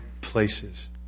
places